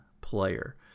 player